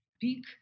peak